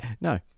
No